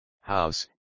House